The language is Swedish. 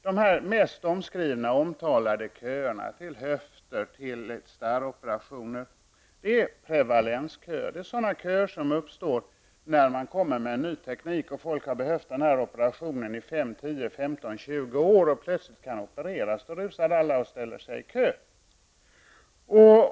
De mest omskrivna och omtalade köerna, till höft och starroperationer, är prevalensköer, sådana köer som uppstår när man kommer med en ny teknik och folk som har behövt operationen i fem, tio, femton eller tjugo år plötsligt kan opereras. Då rusar alla och ställer sig i kö.